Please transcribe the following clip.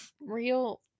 real